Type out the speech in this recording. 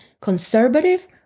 Conservative